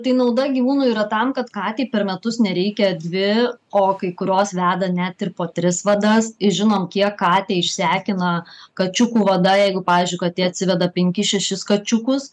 tai nauda gyvūnui yra tam kad katei per metus nereikia dvi o kai kurios veda net ir po tris vadas žinom kiek katę išsekina kačiukų vada jeigu pavyzdžiui katė atsiveda penkis šešis kačiukus